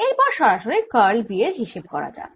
এরপর সরাসরি curl B এর হিসেব করা যাক